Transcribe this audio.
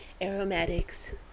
aromatics